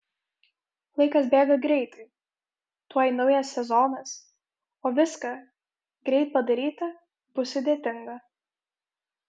laikas bėga greitai tuoj naujas sezonas o viską greit padaryti bus sudėtinga